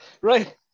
Right